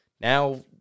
Now